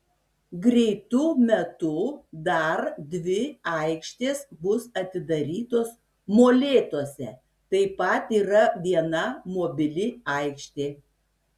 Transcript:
greitu metu dar dvi aikštės bus atidarytos molėtuose taip pat yra viena mobili aikštė